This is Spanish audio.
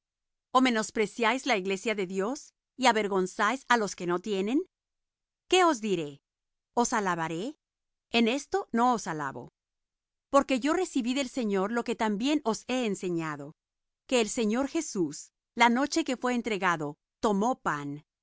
ó menospreciáis la iglesia de dios y avergonzáis á los que no tienen qué os diré os alabaré en esto no os alabo porque yo recibí del señor lo que también os he enseñado que el señor jesús la noche que fué entregado tomó pan y